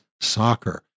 soccer